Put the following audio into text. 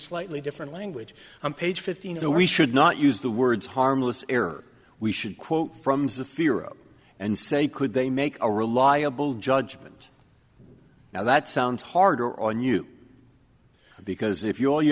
slightly different language on page fifteen so we should not use the words harmless error we should quote from za theorem and say could they make a reliable judgement now that sounds harder on you because if you all you